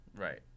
Right